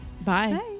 Bye